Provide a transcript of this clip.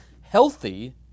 healthy